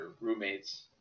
roommates